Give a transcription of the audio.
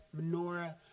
menorah